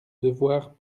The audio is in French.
devoirs